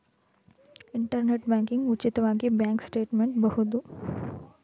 internet banking ಉಚಿತವಾಗಿ bank statement ಬಹುದು